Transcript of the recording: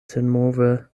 senmove